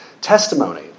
testimony